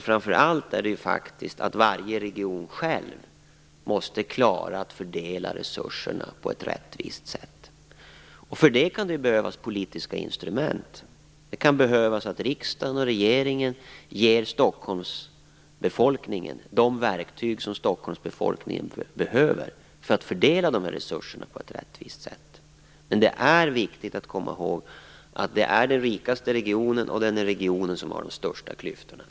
Framför allt måste varje region själv klara att fördela resurserna på ett rättvist sätt, och för det kan det ju behövas politiska instrument. Det kan behövas att riksdagen och regeringen ger Stockholmsbefolkningen de verktyg som den behöver för att fördela resurserna på ett rättvist sätt. Det är dock viktigt att komma ihåg att det då gäller den rikaste regionen med de största klyftorna.